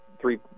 three